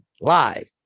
Live